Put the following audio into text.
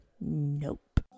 nope